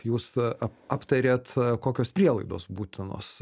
jūs a ap aptarėt kokios prielaidos būtinos